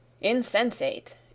Insensate